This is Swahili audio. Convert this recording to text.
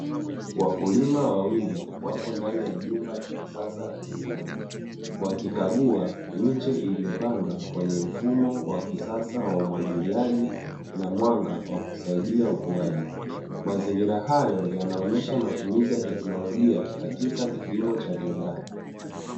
Wakulima wawili wapo katika jumba la kisasa la kilimo, wakikagua miche iliyopandwa kwenye mfumo wa kisasa wa umwagiliaji na mwanga wa kusaidia ukuaji. Mazingira hayo yanaonesha matumizi ya teknolojia katika kilimo cha viwandani.